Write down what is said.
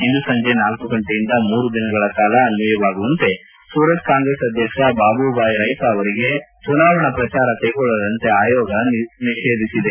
ಇಂದು ಸಂಜೆ ಳ ಗಂಟೆಯಿಂದ ಮೂರು ದಿನಗಳ ಕಾಲ ಅನ್ವಯವಾಗುವಂತೆ ಸೂರತ್ ಕಾಂಗ್ರೆಸ್ ಅಧ್ಯಕ್ಷ ಬಾಬು ಭಾಯ್ ರೈಕ ಅವರಿಗೆ ಚುನಾವಣಾ ಪ್ರಚಾರ ಕೈಗೊಳ್ಳದಂತೆ ಆಯೋಗ ನಿಷೇಧಿಸಿದೆ